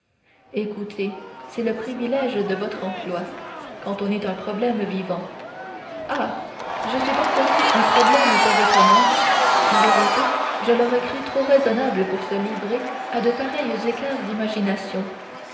écoutez c'est le privilège de votre emploi quand on est un problème vivant ah je suis donc aussi un problème pour votre mère en vérité je l'aurais crue trop raisonnable pour se livrer à de pareils écarts d'imagination